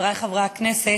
חברי חברי הכנסת,